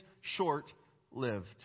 short-lived